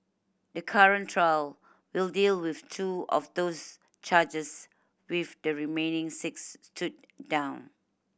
the current trial will deal with two of those charges with the remaining six stood down